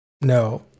No